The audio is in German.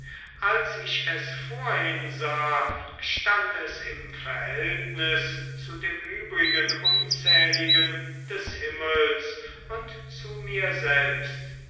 als ich es vorhin sah stand es im verhältnis zu dem übrigen unzähligen des himmels und zu mir selbst